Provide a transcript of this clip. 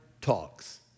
talks